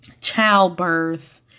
childbirth